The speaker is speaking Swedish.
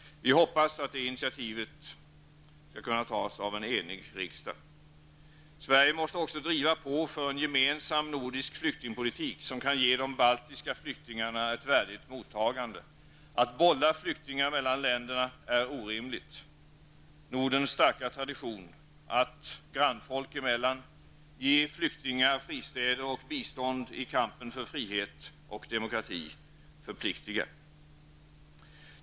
Vi hoppas att det initiativet skall kunna tas av en enig riksdag. Sverige måste också driva på för en gemensam nordisk flyktingpolitik, som kan ge de baltiska flyktingarna ett värdigt mottagande. Att bolla flyktingar mellan länderna är orimligt. Nordens starka tradition att, grannfolk emellan, ge flyktingar fristäder och bistånd i kampen för frihet och demokrati förpliktigar.